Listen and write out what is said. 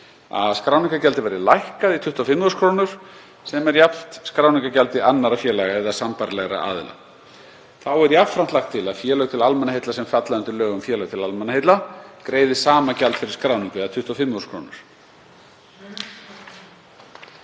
að skráningargjaldið verði lækkað í 25.000 kr. sem er jafnt skráningargjaldi annarra félaga eða sambærilegra aðila. Þá er jafnframt lagt til að félög til almannaheilla sem falla undir lög um félög til almannaheilla greiði sama gjald fyrir skráningu eða 25.000 kr.